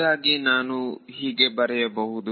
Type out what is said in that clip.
ಹೀಗಾಗಿ ನಾನು ಬರೆಯಬಹುದು